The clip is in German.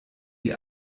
die